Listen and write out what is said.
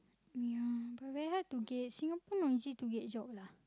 yeah but very hard to get Singapore not easy to get job lah